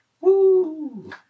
Woo